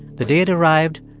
the day it arrived,